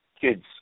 kids